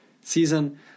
season